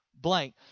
blank